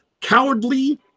cowardly